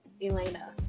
Elena